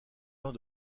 vins